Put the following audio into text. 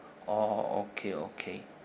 oh okay okay